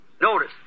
notice